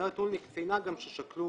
זה נתון לבחינה ששקלו